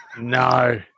No